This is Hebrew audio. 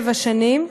שבע שנים.